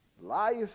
life